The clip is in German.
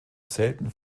selten